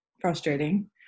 frustrating